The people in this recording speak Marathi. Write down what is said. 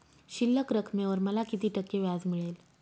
शिल्लक रकमेवर मला किती टक्के व्याज मिळेल?